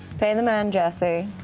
pay the man, jesse.